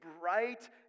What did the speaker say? bright